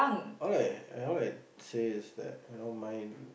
all I all I say is that you know mine